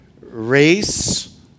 race